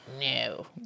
No